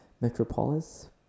metropolis